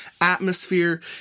atmosphere